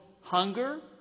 hunger